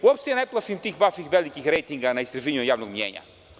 Uopšte se ne plašim tih vaših velikih rejtinga na istraživanju javnog mnjenja.